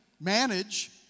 manage